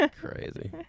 crazy